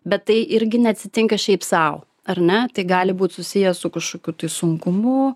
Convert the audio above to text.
bet tai irgi neatsitinka šiaip sau ar na tai gali būt susiję su kažkokiu tai sunkumu